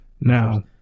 now